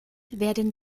werden